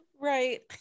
Right